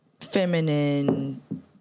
feminine